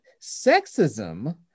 sexism